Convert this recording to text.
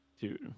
dude